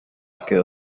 quedó